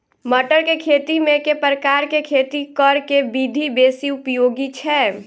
मटर केँ खेती मे केँ प्रकार केँ खेती करऽ केँ विधि बेसी उपयोगी छै?